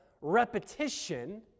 repetition